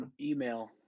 email